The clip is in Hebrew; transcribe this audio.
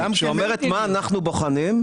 זאת אומרת, מה אנחנו בוחנים,